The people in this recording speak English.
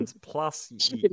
Plus